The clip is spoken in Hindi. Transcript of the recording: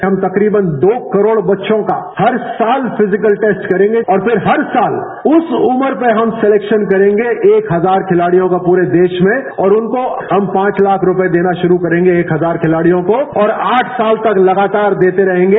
हम तकरीबन दो करोड़ बच्चों का हर साल फिजिकल टेस्ट करेंगे और फिर हर साल उस उम्र में हम सलेक्शन करेंगे एक हजार खिलाडियों का पूरे देश में और उनकों हम पांच लाख रूपये देना शुरू करेंगे एक हजार खिलाड़ियों को और आठ साल तक लगातार देते रहेंगे